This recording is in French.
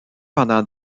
pendant